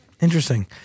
Interesting